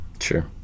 Sure